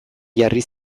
jarri